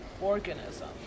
organism